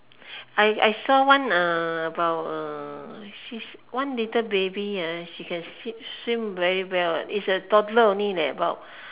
I I saw one uh about a she's one little baby [[h] she can swim very well eh it's a toddler only leh but